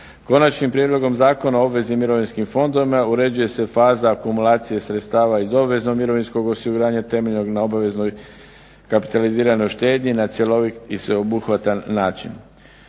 Konačnim prijedlogom Zakona o obveznim mirovinskim fondovima uređuje se faza akumulacije sredstava iz obveznog mirovinskog osiguranja temeljenog na obveznoj kapitaliziranoj štednji na cjelovit i sveobuhvatan način.